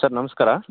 ನಮಸ್ಕಾರ